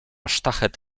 sztachet